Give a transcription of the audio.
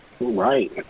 Right